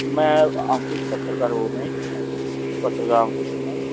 ਮੈਂ ਅੰਕੁਸ਼ ਪੱਤਰਕਾਰ ਬੋਲ ਰਿਹਾ ਜੀ ਪੱਤਰਕਾਰ ਅੰਕੁਸ਼ ਕੁਮਾਰ